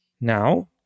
Now